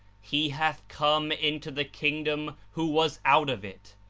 he hath come into the kingdom who was out of it,